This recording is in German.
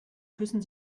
küssen